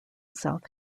south